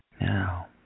Now